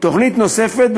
תוכנית נוספת,